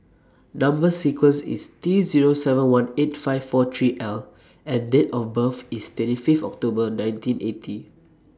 Number sequence IS T Zero seven one eight five four three L and Date of birth IS twenty five October nineteen eighty